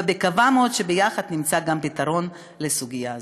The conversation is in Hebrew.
ואני מקווה מאוד שיחד נמצא גם פתרון לסוגיה זו.